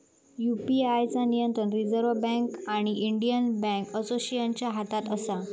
UPI चा नियंत्रण reserve bank आणि इंडियन बॅन्क असोसिएशनच्या हातात असा